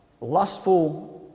lustful